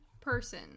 person